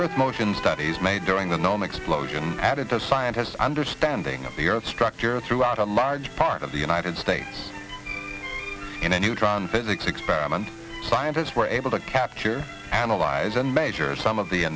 earth's motion studies made during the gnome explosion added to scientists understanding of the earth structure throughout a march part of the united states in a neutron physics experiment scientists were able to capture analyze and measure some of the